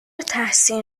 تحسین